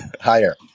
Higher